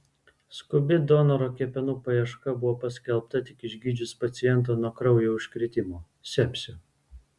skubi donoro kepenų paieška buvo paskelbta tik išgydžius pacientą nuo kraujo užkrėtimo sepsio